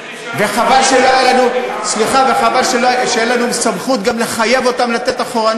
וחבל שאין לנו סמכות לחייב אותם לתת גם לאחור.